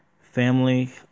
family